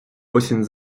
осінь